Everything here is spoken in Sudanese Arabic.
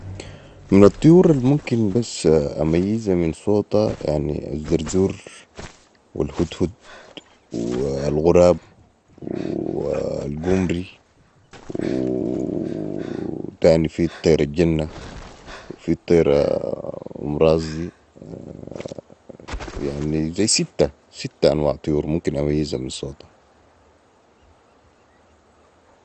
من الطيور الممكن بس اميزا من صوتا يعني الزرزور.والهدهوت و الغراب و القمري و تاني في طير الجنه وفي الطيره ام راس دي اه.... يعني زي سته سته انواع طيورممكن اميزا من صوتها